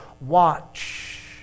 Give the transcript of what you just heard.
Watch